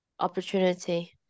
opportunity